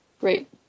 Great